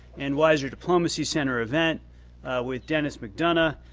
and weiser diplomacy center event with denis mcdonough,